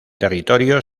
territorio